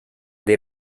del